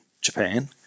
Japan